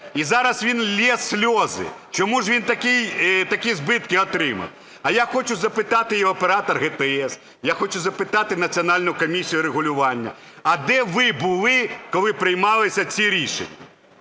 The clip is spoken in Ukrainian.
і зараз він ллє сльози, чому ж він такі збитки отримав. А я хочу запитати і оператора ГТС, я хочу запитати Національну комісію регулювання: а де ви були, коли приймалися ці рішення?